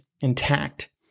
intact